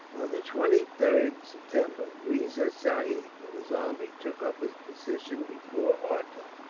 on the twenty third september riza sahib, with his army, took up his position before arcot.